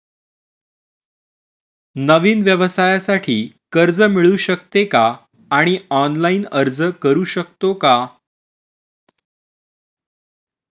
नवीन व्यवसायासाठी कर्ज मिळू शकते का आणि ऑनलाइन अर्ज करू शकतो का?